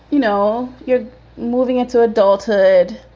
you know, you're moving into adulthood.